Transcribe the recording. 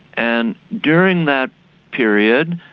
and during that period,